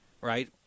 right